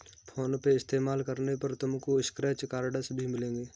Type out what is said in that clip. phone पे इस्तेमाल करने पर तुमको स्क्रैच कार्ड्स भी मिलेंगे